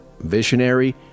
visionary